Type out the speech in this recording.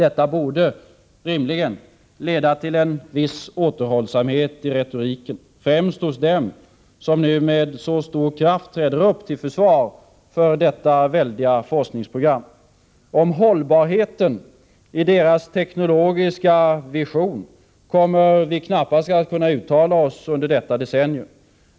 Detta borde rimligen leda till en viss återhållsamhet i retoriken, främst hos dem som nu med så stor kraft träder upp till försvar för detta väldiga forskningsprogram. Om hållbarheten i deras teknologiska vision kommer vi knappast att kunna uttala oss under detta decennium.